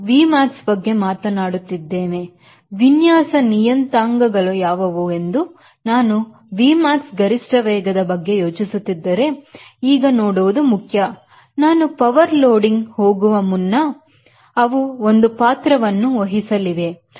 ನಾವು Vmax ಬಗ್ಗೆ ಮಾತನಾಡುತ್ತಿದ್ದೇನೆ ವಿನ್ಯಾಸ ನಿಯಂತ ಅಂಗಗಳು ಯಾವುವು ಎಂದು ನಾನು Vmax ಗರಿಷ್ಠ ವೇಗದ ಬಗ್ಗೆ ಯೋಚಿಸುತ್ತಿದ್ದರೆ ಈಗ ನೋಡುವುದು ಮುಖ್ಯ ನಾನು ಪವರ್ ಲೋಡಿಂಗ್ ಹೋಗುವ ಮುನ್ನ ಅವು ಒಂದು ಪಾತ್ರವನ್ನು ವಹಿಸಲಿವೆ